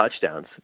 touchdowns